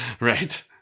right